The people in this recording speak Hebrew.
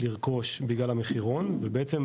לרכוש בגלל המחירון ובעצם,